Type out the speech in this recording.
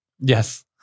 Yes